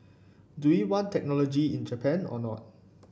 do we want technology in Japan or not